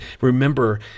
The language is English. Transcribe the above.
remember